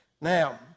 Now